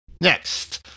Next